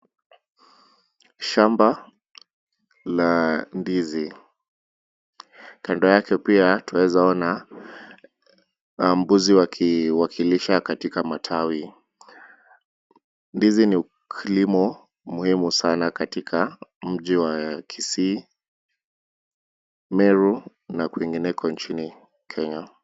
Shamba la ndizi, kando yake pia taweza ona mbuzi wa wakilisha katika matawi, ndizi ni ukilimo muhimu sana katika mji wa Kisii, Meru na kuingineko nchini Kenya.